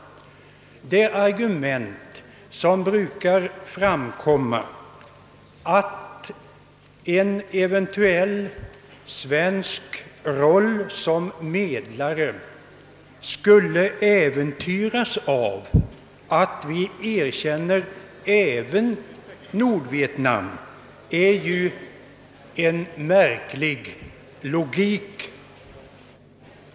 Det argument som brukar anföras, att en eventuell svensk roll som medlare skulle äventyras av att vi erkände även Nordvietnam, vittnar om en märklig logik.